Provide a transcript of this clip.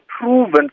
proven